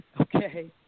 okay